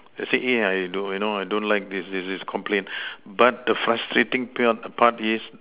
I say eh I don't you know I don't like this this complain but the frustrating pa~ part is